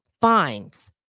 fines